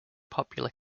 popular